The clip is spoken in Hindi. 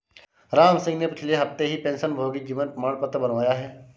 रामसिंह ने पिछले हफ्ते ही पेंशनभोगी जीवन प्रमाण पत्र बनवाया है